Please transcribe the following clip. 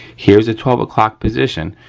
here's the twelve o'clock position,